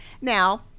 Now